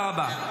תודה רבה.